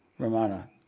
Ramana